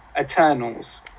Eternals